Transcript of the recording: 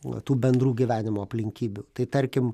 na tų bendrų gyvenimo aplinkybių tai tarkim